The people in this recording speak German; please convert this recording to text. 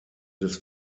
des